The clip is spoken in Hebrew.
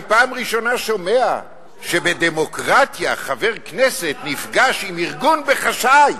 אני פעם ראשונה שומע שבדמוקרטיה חבר כנסת נפגש עם ארגון בחשאי,